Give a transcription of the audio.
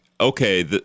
okay